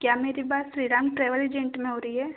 क्या मेरी बात श्री राम ट्रैवल एजेंट में हो रही है